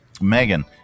Megan